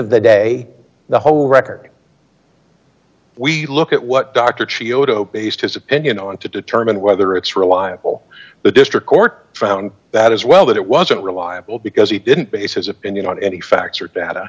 of the day the whole record we look at what doctor chee otoh based his opinion on to determine whether it's reliable the district court found that as well that it wasn't reliable because he didn't base his opinion on any facts or data